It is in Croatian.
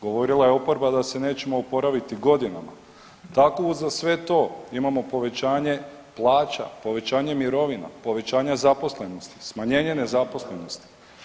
Govorila je oporba da se nećemo oporaviti godinama, tako uza sve to imamo povećanje plaća, povećanje mirovina, povećanja zaposlenosti, smanjenje nezaposlenosti.